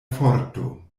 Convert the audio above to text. forto